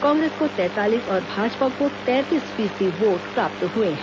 कांग्रेस को तैंतालीस और भाजपा को तैंतीस फीसदी वोट प्राप्त हुए हैं